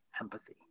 empathy